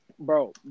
Bro